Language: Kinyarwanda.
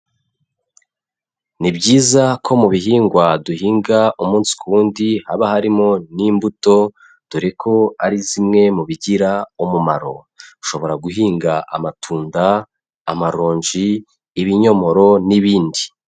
Ni byiza ko mu bihingwa duhinga umunsi kuwundi haba harimo n'imbuto dore ko ari zimwe mu bigira umumaro, ushobora guhinga amatunda, amaronji, ibinyomoro n'ibindi